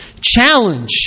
challenge